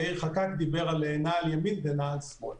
יאיר חקאק דיבר על נעל ימין ועל נעל שמאל.